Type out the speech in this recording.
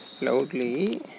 loudly